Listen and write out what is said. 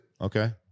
Okay